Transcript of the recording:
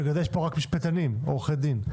יש פה רק עורכי דין,